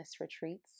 retreats